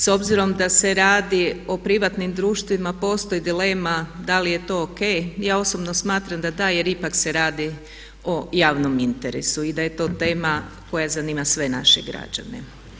S obzirom da se radi o privatnim društvima postoji dilema da li je to o.k. Ja osobno smatram da da, jer ipak se radi o javnom interesu i da je to tema koja zanima sve naše građane.